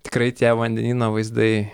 tikrai tie vandenyno vaizdai